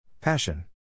Passion